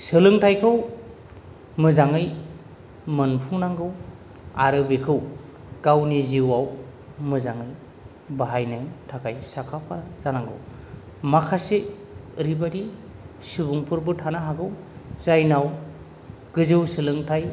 सोलोंथायखौ मोजाङै मोनफुंनांगौ आरो बेखौ गावनि जिउआव मोजाङै बाहायनो थाखाय साखा फारा जानांगौ माखासे ओरैबादि सुबुंफोरबो थानो हागौ जायनियाव गोजौ सोलोंथाय